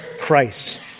Christ